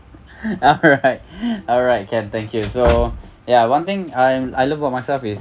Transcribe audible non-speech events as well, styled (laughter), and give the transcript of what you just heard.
(laughs) alright (breath) alright can thank you so ya one thing I'm I love about myself is